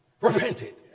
repented